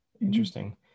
Interesting